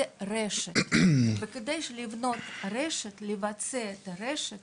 זו רשת וכדי לבנות את הרשת ולקיים את הרשת